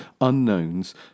unknowns